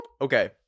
Okay